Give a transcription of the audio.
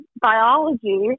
biology